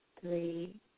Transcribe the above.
three